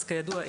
כידוע,